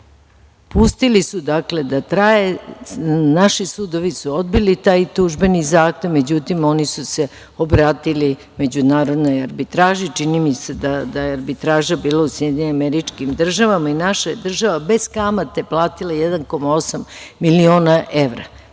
pustili su da traje. Naši sudovi su odbili taj tužbeni zahtev. Međutim, oni su se obratili međunarodnoj arbitraži. Čini mi se da je arbitraža bila u SAD i naša je država bez kamate platila 1,8 miliona evra.